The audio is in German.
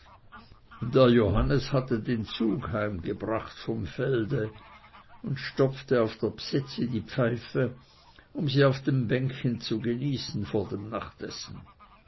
der johannes hatte den zug heimgebracht vom felde und stopfte auf der bsetzi die pfeife um sie auf dem bänkchen zu genießen vor dem nachtessen